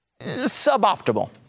Suboptimal